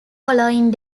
following